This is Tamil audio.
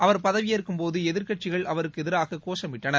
அவர் பதவியேற்கும் போது எதிர்க்கட்சிகள் அவருக்கு எதிராக கோஷமிட்டனர்